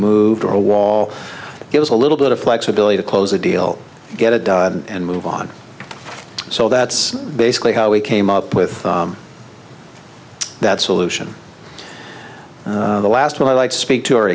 moved or a wall gives a little bit of flexibility to close the deal get it done and move on so that's basically how we came up with that solution the last one i like speak to our